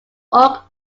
oak